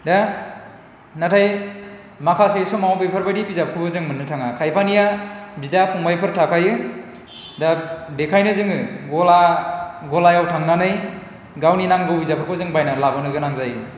दा नाथाय माखासे समाव जों बेफोरबायदि बिजाबखौबो जोङो मोननो थाङा खायफानिया बिदा फंबाइफोर थाखायो दा बेखायनो जोङो गला गलायाव थांनानै गावनि नांगौ बिजाबफोरखौ बायनानै लाबोनांगौ गोनां जायो